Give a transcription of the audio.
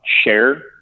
share